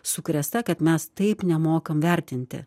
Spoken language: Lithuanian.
sukrėsta kad mes taip nemokam vertinti